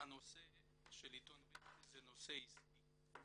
שהנושא של עיתון וסטי הוא נושא עסקי.